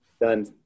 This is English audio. done